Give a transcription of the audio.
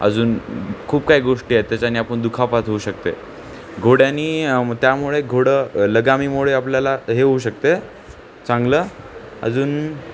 अजून खूप काही गोष्टी आहेत त्याच्याने आपण दुखापत होऊ शकतेय घोड्यानी त्यामुळे घोडं लगामीमुळे आपल्याला हे होऊ शकतंय चांगलं अजून